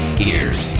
gears